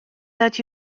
that